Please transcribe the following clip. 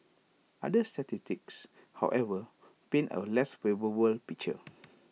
other statistics however paint A less favourable picture